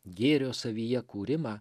gėrio savyje kūrimą